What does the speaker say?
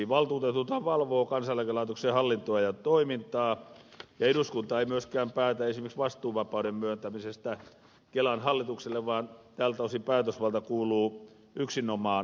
valtuutetuthan valvovat kansaneläkelaitoksen hallintoa ja toimintaa ja eduskunta ei myöskään päätä esimerkiksi vastuuvapauden myöntämisestä kelan hallitukselle vaan tältä osin päätösvalta kuuluu yksinomaan valtuutetuille